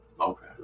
Okay